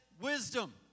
wisdom